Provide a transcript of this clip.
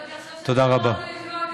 אני עוד אחשוב שאתה לא רוצה לשמוע אותי,